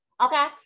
Okay